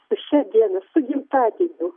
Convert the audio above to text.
su šia diena su gimtadieniu